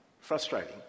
frustrating